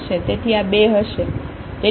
તેથી આ 2 હશે